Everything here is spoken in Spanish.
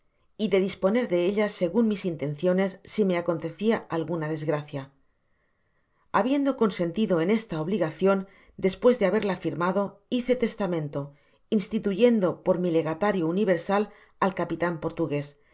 y de disponer de ella segun mis intenciones si me acontecia alguna desgracia habiendo consentido en esta obligacion despues de haberla ñrmado hice testamento instituyendo por mi legatario universal al capitan portugués